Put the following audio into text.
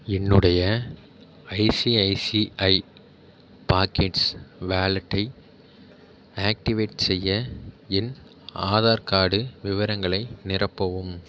என்னுடைய ICICI pockets வாலெட்டை activate செய்ய என் ஆதார் கார்டு விவரங்களை நிரப்பவும்